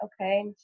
okay